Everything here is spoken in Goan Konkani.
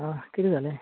आं कितें जालें